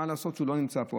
מה לעשות שהוא לא נמצא פה,